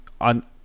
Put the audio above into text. on